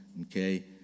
okay